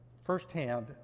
firsthand